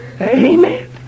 amen